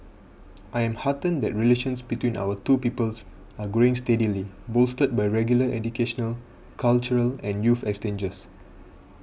I am heartened that relations between our two peoples are growing steadily bolstered by regular educational cultural and youth exchanges